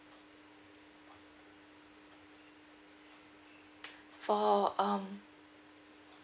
for um